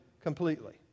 completely